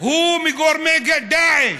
הוא מגורמי דאעש,